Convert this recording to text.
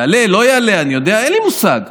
יעלה, לא יעלה, אין לי מושג,